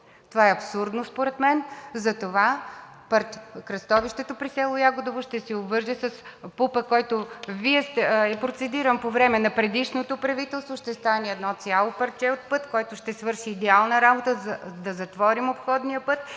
Това е абсурдно според мен. Затова кръстовището при село Ягодово ще се обвърже с ПУП-а, който е процедиран по време на предишното правителство, ще стане едно цяло парче от път, който ще свърши идеална работа да затворим обходния път